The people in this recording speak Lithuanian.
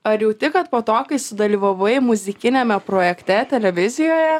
ar jauti kad po to kai sudalyvavai muzikiniame projekte televizijoje